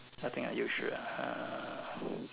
nothing unusual ah